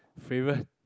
favourite